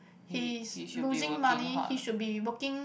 he is losing money he should be working